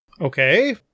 Okay